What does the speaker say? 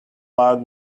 loud